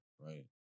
right